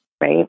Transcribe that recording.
Right